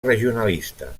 regionalista